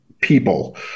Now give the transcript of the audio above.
people